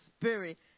Spirit